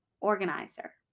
organizer